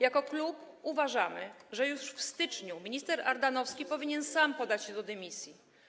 Jako klub uważamy, że już w styczniu minister Ardanowski powinien sam podać się do dymisji.